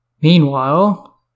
Meanwhile